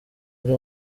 ari